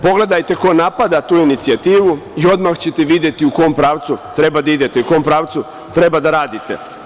Pogledajte ko napada tu inicijativu i odmah ćete videti u kom pravcu treba da idete, u kom pravcu treba da radite.